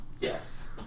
Yes